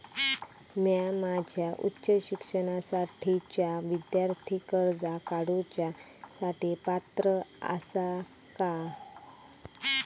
म्या माझ्या उच्च शिक्षणासाठीच्या विद्यार्थी कर्जा काडुच्या साठी पात्र आसा का?